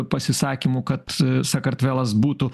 pasisakymų kad sakartvelas būtų